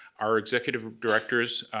our executive directors,